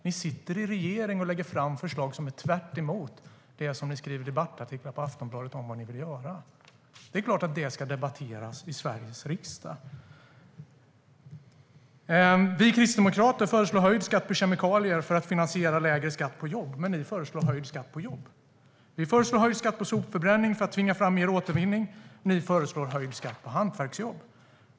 Ni sitter i regeringen och lägger fram förslag som är tvärtemot det som ni skriver i debattartiklar i Aftonbladet att ni vill göra. Det är klart att det ska debatteras i Sveriges riksdag. Vi kristdemokrater föreslår höjd skatt på kemikalier för att finansiera lägre skatt på jobb, men ni föreslår höjd skatt på jobb. Vi föreslår höjd skatt på sopförbränning för att tvinga fram mer återvinning, och ni föreslår höjd skatt på hantverksjobb.